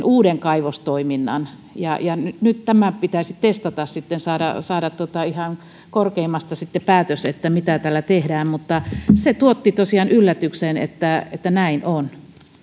uuden kaivostoiminnan nyt nyt tämä pitäisi testata sitten saada saada ihan korkeimmasta päätös mitä tällä tehdään mutta se tuotti tosiaan yllätyksen että että näin on